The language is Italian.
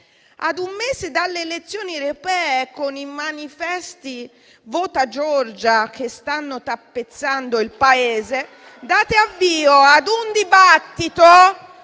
Ad un mese dalle elezioni europee, con i manifesti "vota Giorgia" che stanno tappezzando il Paese *(Commenti)*, date avvio a un dibattito